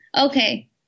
Okay